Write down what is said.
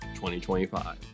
2025